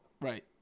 Right